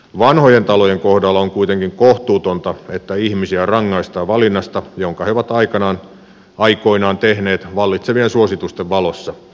vanhojen talojen kohdalla on kuitenkin kohtuutonta että ihmisiä rangaistaan valinnasta jonka he ovat aikoinaan tehneet vallitsevien suositusten valossa